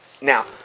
Now